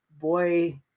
boy